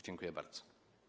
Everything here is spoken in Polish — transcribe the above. Dziękuję bardzo.